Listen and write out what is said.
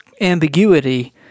ambiguity